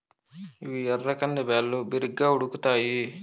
ఇవి ఎర్ర కంది బ్యాళ్ళు, బిరిగ్గా ఉడుకుతాయి